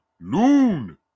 loon